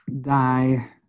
die